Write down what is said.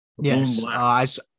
Yes